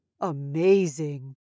Amazing